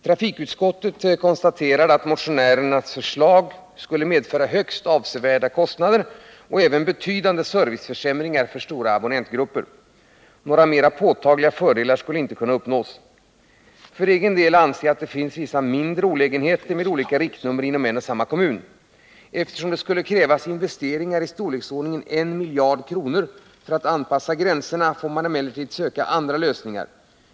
Trafikutskottet konstaterade att motionärernas förslag skulle medföra högst avsevärda kostnader och även betydande serviceförsämringar för stora abonnentgrupper. Några mera påtagliga fördelar skulle inte kunna uppnås. För egen del anser jag att det finns vissa mindre olägenheter med olika riktnummer inom en och samma kommun. Eftersom det skulle krävas investeringar i storleksordningen 1 miljard kronor för att anpassa gränserna, får man emellertid söka andra lösningar.